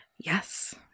Yes